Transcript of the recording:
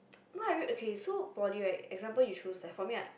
what I mean okay so poly right example you choose there for me right